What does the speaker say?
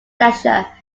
pleasure